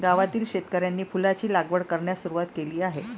गावातील शेतकऱ्यांनी फुलांची लागवड करण्यास सुरवात केली आहे